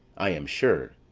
i am sure,